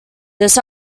this